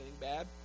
bad